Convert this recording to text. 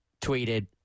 tweeted